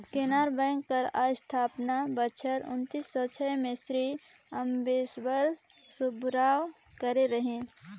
Canara bank कर अस्थापना बछर उन्नीस सव छय में श्री अम्मेम्बल सुब्बाराव करे रहिन